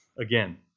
again